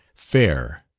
fair,